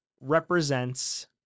represents